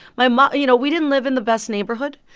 my mom you know, we didn't live in the best neighborhood.